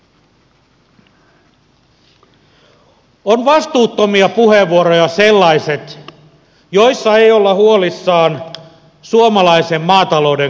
ovat vastuuttomia puheenvuoroja sellaiset joissa ei olla huolissaan suomalaisen maatalouden kannattavuudesta